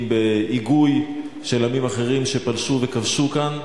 בהיגוי של עמים אחרים שפלשו וכבשו כאן.